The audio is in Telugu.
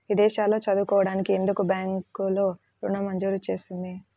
విదేశాల్లో చదువుకోవడానికి ఎందుకు బ్యాంక్లలో ఋణం మంజూరు చేస్తుంది?